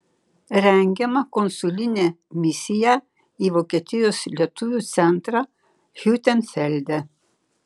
rengiama konsulinė misiją į vokietijos lietuvių centrą hiutenfelde